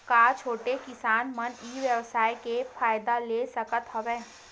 का छोटे किसान मन ई व्यवसाय के फ़ायदा ले सकत हवय?